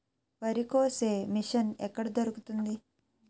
వరి కోసే మిషన్ ఎక్కడ దొరుకుతుంది?